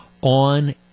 on